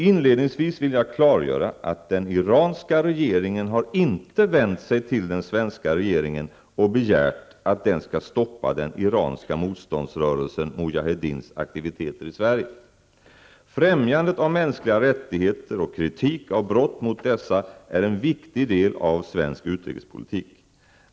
Inledningsvis vill jag klargöra att den iranska regeringen inte har vänt sig till den svenska regeringen och begärt att den skall stoppa den iranska motståndsrörelsen Mujahedins aktiviteter i Främjandet av mänskliga rättigheter och kritik av brott mot dessa är en viktig del av svensk utrikespolitik.